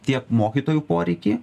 tiek mokytojų poreikį